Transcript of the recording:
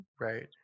Right